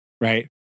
Right